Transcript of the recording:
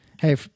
Hey